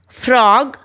frog